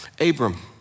Abram